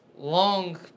Long